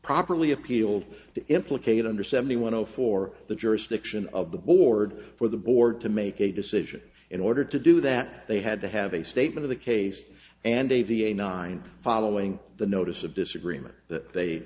properly appealed to implicate under seventy one zero for the jurisdiction of the board for the board to make a decision in order to do that they had to have a statement of the case and a v a nine following the notice of disagreement that they